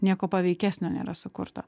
nieko paveikesnio nėra sukurta